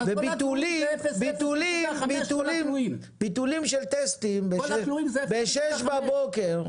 וביטולים של טסטים בשש בבוקר,